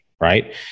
Right